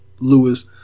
lewis